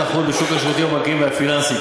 התחרות בשוק השירותים הבנקאיים והפיננסיים,